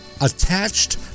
Attached